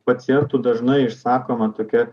pacientų dažnai išsakoma tokia